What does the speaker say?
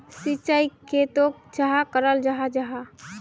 सिंचाई खेतोक चाँ कराल जाहा जाहा?